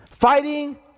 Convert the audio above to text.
Fighting